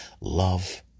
love